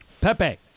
Pepe